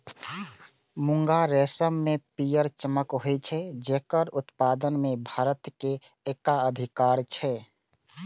मूंगा रेशम मे पीयर चमक होइ छै, जेकर उत्पादन मे भारत के एकाधिकार छै